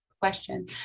question